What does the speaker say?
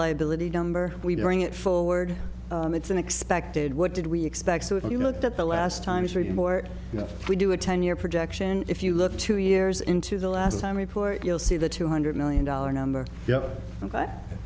liability we bring it forward it's an expected what did we expect so if you looked at the last times report we do a ten year projection if you look two years into the last time report you'll see the two hundred million dollar number